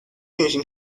运行